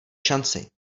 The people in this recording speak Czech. šanci